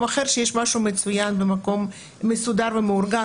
אחר כשיש משהו מצוין במקום מסודר ומאורגן.